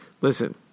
Listen